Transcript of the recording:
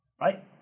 right